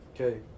Okay